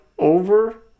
Over